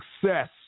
success